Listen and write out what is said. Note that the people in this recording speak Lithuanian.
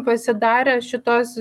pasidarė šitos